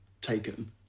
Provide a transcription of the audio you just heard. taken